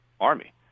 army